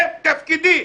זה תפקידי.